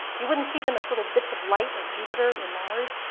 you wouldn't see them as little bits of light, like jupiter or mars.